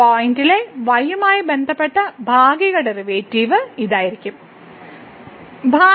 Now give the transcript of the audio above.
പോയിന്റിലെ y യുമായി ബന്ധപ്പെട്ട ഭാഗിക ഡെറിവേറ്റീവ് ഇതായിരിക്കും x0 y0